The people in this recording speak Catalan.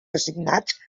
designats